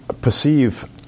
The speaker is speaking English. perceive